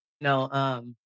No